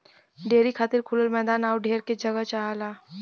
dairy खातिर खुलल मैदान आउर ढेर के जगह चाहला